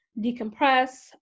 decompress